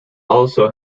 also